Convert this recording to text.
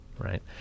right